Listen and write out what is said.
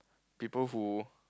people who